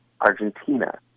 Argentina